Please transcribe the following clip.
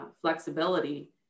flexibility